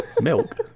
Milk